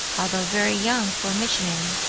although very young for a missionary.